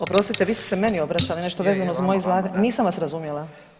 Oprostite vi ste se meni obraćali nešto vezano za moje izlaganje? [[Upadica Radin: Je da.]] Nisam vas razumjela.